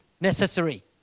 necessary